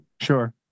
sure